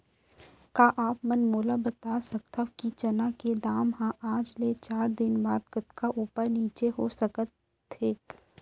का आप मन मोला बता सकथव कि चना के दाम हा आज ले चार दिन बाद कतका ऊपर नीचे हो सकथे?